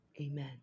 Amen